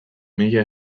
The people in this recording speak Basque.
mila